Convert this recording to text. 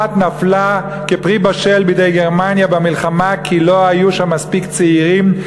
שצרפת נפלה כפרי בשל בידי גרמניה במלחמה כי לא היו שם מספיק צעירים,